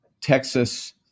Texas